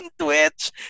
Twitch